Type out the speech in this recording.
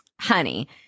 honey